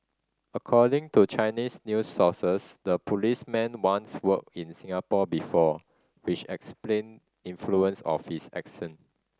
according to Chinese news sources the policeman once worked in Singapore before which explain influence of his accent